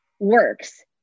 works